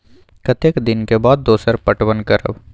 कतेक दिन के बाद दोसर पटवन करब?